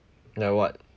like what